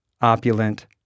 Opulent